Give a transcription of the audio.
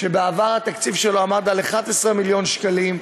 שבעבר עמד על 11 מיליון שקלים,